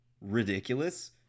ridiculous